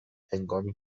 هنگامی